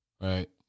right